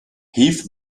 heave